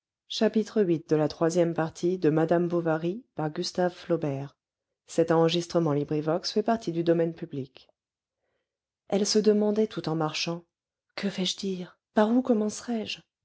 elle se demandait tout en marchant que vais-je dire par où commencerai je